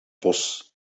bos